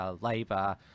labour